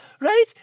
Right